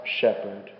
shepherd